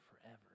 forever